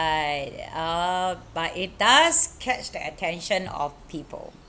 uh but it does catch the attention of people